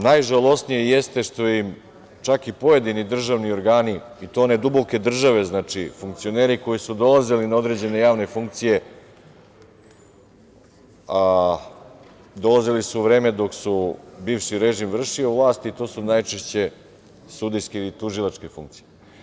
Najžalosnije jeste što im čak i pojedini državni organi i to one duboke države, znači, funkcioneri koji su dolazili na određene javne funkcije, dolazili su u vreme dok je bivši režim vršio vlast i to su najčešće sudijske ili tužilačke funkcije.